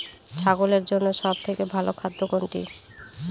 ছাগলের জন্য সব থেকে ভালো খাদ্য কোনটি?